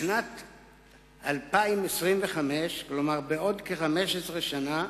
בשנת 2025, כלומר בעוד כ-15 שנה,